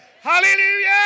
Hallelujah